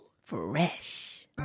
Fresh